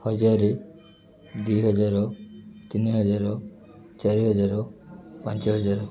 ହଜାର ଦୁଇ ହଜାର ତିନି ହଜାର ଚାରି ହଜାର ପାଞ୍ଚ ହଜାର